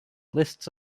lists